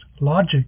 logic